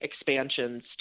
expansions